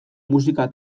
musika